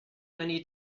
many